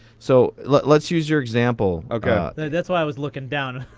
so let's use your example. ok. that's why i was looking down.